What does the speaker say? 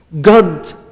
God